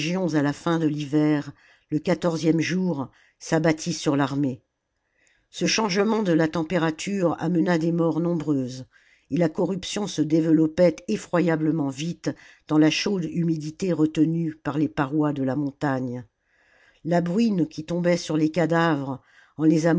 à la fin de l'hiver le quatorzième jour s'abattit sur l'armée ce changement de la température amena des morts nombreuses et la corruption se développait effroyablement vite dans la chaude humidité retenue par les parois de la montagne la bruine qui tombait sur les cadavres en les